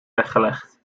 weggelegd